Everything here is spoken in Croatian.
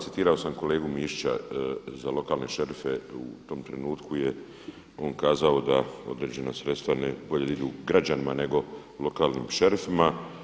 Citirao sam kolegu Mišića za lokalne šerife, u tom trenutku je on kazao da određena sredstva bolje da idu građanima nego lokalnim šerifima.